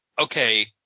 okay